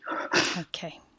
Okay